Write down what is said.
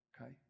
Okay